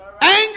Anger